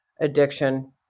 addiction